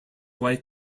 wife